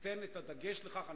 תשים את הדגש בזה.